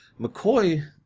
McCoy